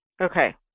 Okay